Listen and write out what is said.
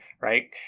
right